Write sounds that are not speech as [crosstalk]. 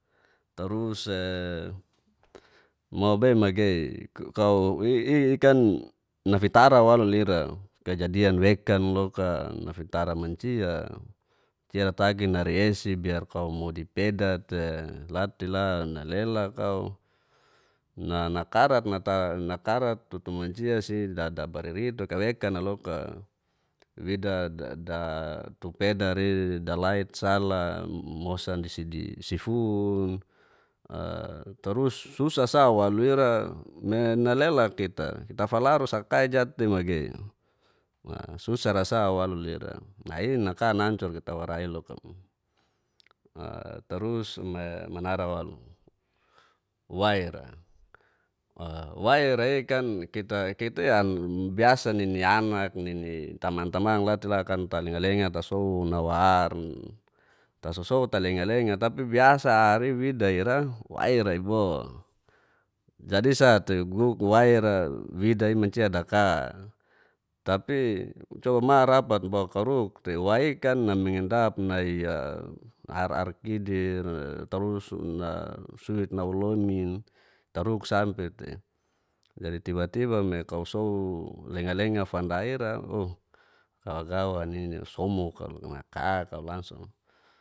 Tarus [hesitation] mau beimagei [hesitation] i'kan nafitra malu lira kejadian wekan loka nafitara mancia, mancia datagi nerei esi bira kau modi peda te latela nalela kau [hesitation] nakarat tutu mancia si dababaririt weka wekan'a loka wida dada tu pedai dlat sala mosan sifun trus susa sa walu ira me nalela kita tafalaru ta saka kai jat'tei magei susarasa walu lira. nai naka nancur kita wara il'loka [hesitation] tarus me manara walu waira, waira i'kan kita yang bisa nini anak nini tamang tamang latela kan talenga-lenga tasosou nawa ar ta sosou talenga-lenga tapi biasa ar'i wida waira wo jadi sa'ti guk waira wida'i mancia daka tapi coma ma rapat bo kau ruk tei wai'ikan na mengendap nai'a ar ar kidir tarus nasuit nawolomin taruk sampe tei, jadi tiba-tib me kua sou langa-lenga fanda ira oh gawagwan inasomok kau loka naka kau langsung.